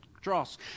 dross